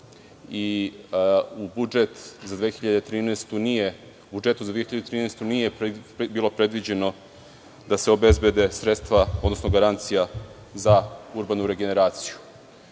i u budžet za 2013. godinu nije bilo predviđeno da se obezbede sredstva, odnosno garancija za urbanu regeneraciju. Nakon